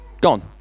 Gone